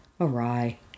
awry